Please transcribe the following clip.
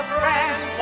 friends